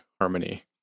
harmony